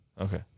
Okay